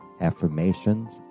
affirmations